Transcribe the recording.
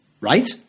Right